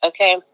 Okay